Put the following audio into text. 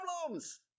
problems